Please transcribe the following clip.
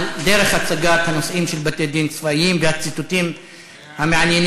על דרך הצגת הנושאים של בתי-דין צבאיים והציטוטים המעניינים.